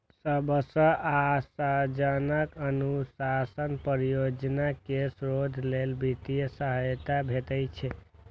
सबसं आशाजनक अनुसंधान परियोजना कें शोध लेल वित्तीय सहायता भेटै छै